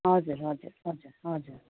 हजुर हजुर हजुर हजुर